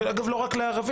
זה אגב לא רק לערבים,